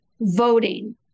voting